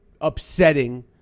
upsetting